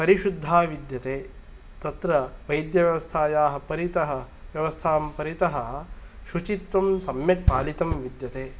परिशुद्धा विद्यते तत्र वैद्यव्यवस्थायाः परितः व्यवस्थां परितः शुचित्वं सम्यक् पालितं विद्यते